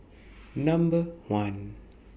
Number one